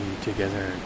together